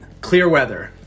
Clearweather